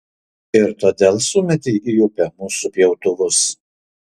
ir todėl sumėtei į upę mūsų pjautuvus